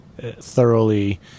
thoroughly